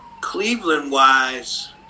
Cleveland-wise